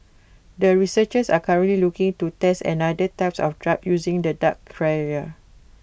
the researchers are currently looking to test another types of drugs using the duck carrier